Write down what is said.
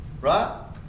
Right